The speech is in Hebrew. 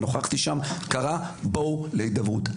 קרא ראש הממשלה לשני הצדדים לבוא להידברות,